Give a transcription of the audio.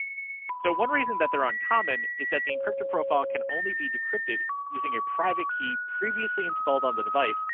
so one reason that they're uncommon is that the encrypted profile can only be decrypted using a private key previously installed on the device,